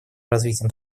развитием